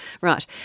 Right